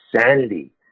sanity